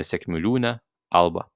nesėkmių liūne alba